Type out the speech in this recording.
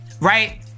Right